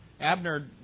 Abner